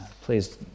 Please